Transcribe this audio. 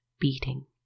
beating